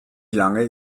lange